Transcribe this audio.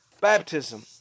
Baptism